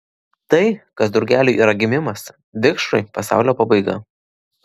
tai kas drugeliui yra gimimas vikšrui pasaulio pabaiga